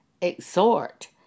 exhort